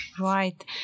right